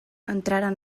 entraren